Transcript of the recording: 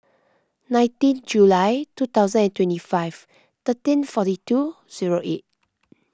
nineteen July two thousand and twenty five thirteen forty two zero eight